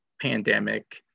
pandemic